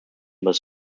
was